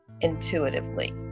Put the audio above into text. intuitively